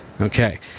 Okay